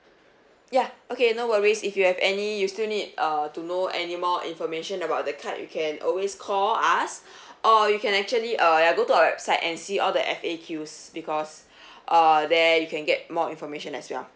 ya okay no worries if you have any you still need uh to know any more information about the card you can always call us or you can actually uh ya go to our website and see all the F_A_Qs because err there you can get more information as well